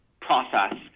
process